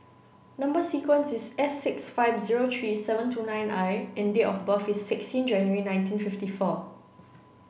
number sequence is S six five zero three seven two nine I and date of birth is sixteen January nineteen fifty four